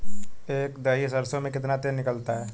एक दही सरसों में कितना तेल निकलता है?